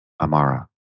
Amara